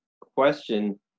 question